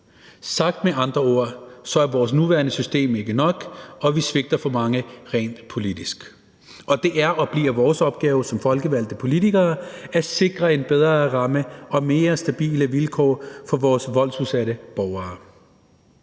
Sagt med andre ord er vores nuværende system ikke nok, og rent politisk svigter vi for mange, og det er og bliver vores opgave som folkevalgte politikere at sikre en bedre ramme og mere stabile vilkår for vores voldsudsatte borgere.